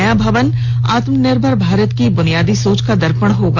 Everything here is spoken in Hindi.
नया भवन आत्मनिर्भर भारत की बुनियादी सोच का दर्पण होगा